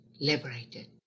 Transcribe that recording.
liberated